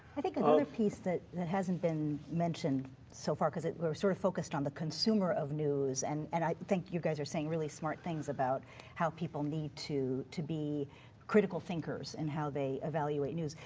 i think another piece that that hasn't been mentioned so far because it sort of focused on the consumer of news. and and i think you guys are saying really smart things about how people need to to be critical thinkers in and how they evaluate news.